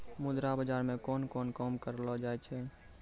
मुद्रा बाजार मे कोन कोन काम करलो जाय छै